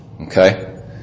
Okay